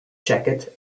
jacket